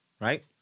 right